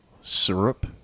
syrup